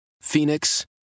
Phoenix